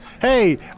Hey